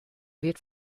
wird